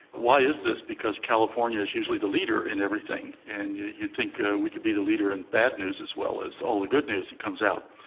why is this? because california is usually the leader in everything, and you'd think ah we could be the leader in bad news as well as all the good news that comes out.